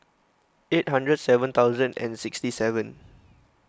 eight hundred seven thousand and sixty seven